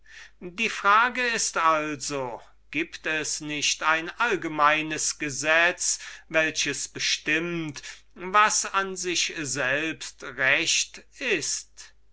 die frage ist also gibt es nicht ein allgemeines gesetz welches bestimmt was an sich selbst recht ist